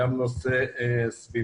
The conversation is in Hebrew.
גם את נושא הסביבה,